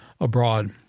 abroad